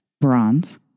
bronze